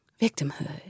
victimhood